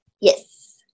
Yes